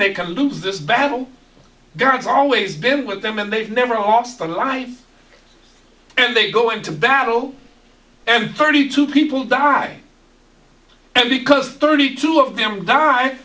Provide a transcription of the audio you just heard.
they can lose this battle there has always been with them and they've never lost their lives and they go into battle and thirty two people die and because thirty two of them die